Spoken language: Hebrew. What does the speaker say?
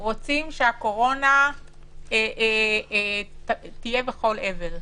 לא רוצים שהקורונה תהיה בכל עבר.